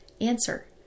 Answer